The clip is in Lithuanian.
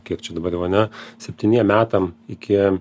kiek čia dabar jau ane septyniem metam iki